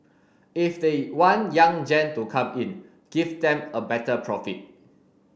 if they want young gen to come in give them a better profit